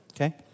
Okay